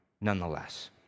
nonetheless